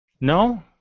No